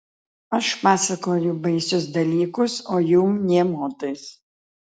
aš pasakoju baisius dalykus o jum nė motais